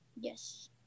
yes